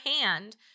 hand